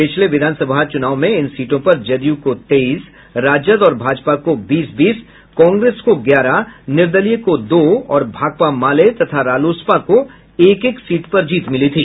पिछले विधानसभा चुनाव में इन सीटों पर जद्य को तेईस राजद और भाजपा को बीस बीस कांग्रेस को ग्यारह निर्दलीय को दो और भाकपा माले तथा रालोसपा को एक एक सीट पर जीत मिली थी